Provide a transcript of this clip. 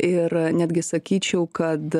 ir netgi sakyčiau kad